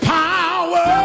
power